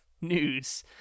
news